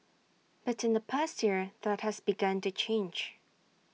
but in the past year that has begun to change